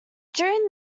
during